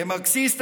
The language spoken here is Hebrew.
כמרקסיסט,